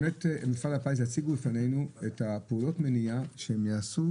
שמפעל הפיס יציגו בפנינו את פעולות המניעה שהם יעשו